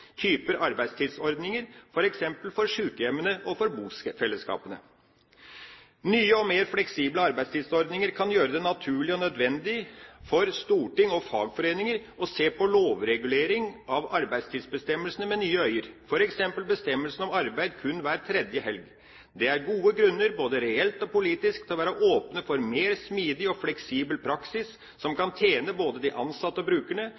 typer arbeidstidsordninger f.eks. for sjukehjemmene og for bofellesskapene. Nye og mer fleksible arbeidstidsordninger kan gjøre det naturlig og nødvendig for storting og fagforeninger å se på lovregulering av arbeidstidsbestemmelsene med nye øyne, f.eks. bestemmelsen om arbeid kun hver tredje helg. Det er gode grunner, både reelt og politisk, til å være åpne for mer smidig og fleksibel praksis, som kan tjene både de ansatte og brukerne.